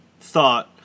thought